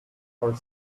are